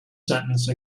sentence